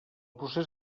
procés